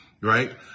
Right